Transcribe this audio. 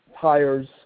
tires